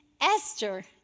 Esther